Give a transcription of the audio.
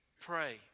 Pray